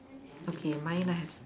okay mine I have s~